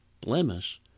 blemish